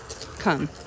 come